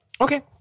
Okay